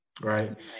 Right